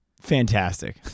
Fantastic